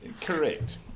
Correct